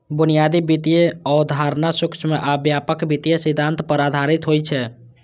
बुनियादी वित्तीय अवधारणा सूक्ष्म आ व्यापक वित्तीय सिद्धांत पर आधारित होइ छै